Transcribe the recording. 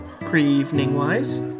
Pre-evening-wise